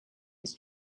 his